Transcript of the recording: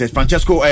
Francesco